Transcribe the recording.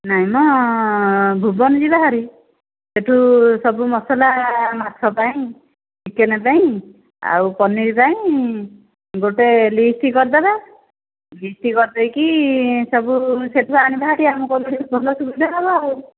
ନାହିଁ ମ ଭୁବନ ଯିବା ହାରି ସେହିଠୁ ସବୁ ମସଲା ମାଛ ପାଇଁ ଚିକେନ ପାଇଁ ଆଉ ପନୀର୍ ପାଇଁ ଗୋଟେ ଲିଷ୍ଟ କରିଦବା ଲିଷ୍ଟ କରିଦେଇକି ସବୁ ସେହିଠୁ ଆଣିବାରି ଆମକୁ ବି ଭଲ ସୁବିଧା ହେବ ଆଉ